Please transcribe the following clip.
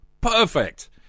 Perfect